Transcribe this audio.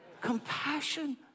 Compassion